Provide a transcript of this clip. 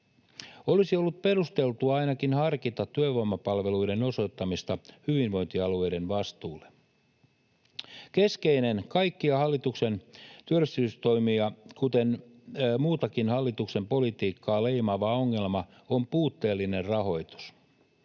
Olisi ollut perusteltua ainakin harkita työvoimapalveluiden osoittamista hyvinvointialueiden vastuulle. Keskeinen kaikkia hallituksen työllisyystoimia, kuten muutakin hallituksen politiikkaa, leimaava ongelma on puutteellinen rahoitus.